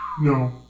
No